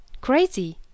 Crazy